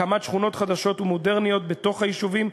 הקמת שכונות חדשות ומודרניות בתוך היישובים,